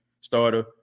starter